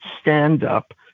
stand-up